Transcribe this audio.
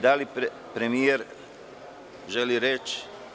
Da li premijer želi reč?